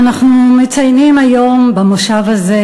אנחנו מציינים היום במושב הזה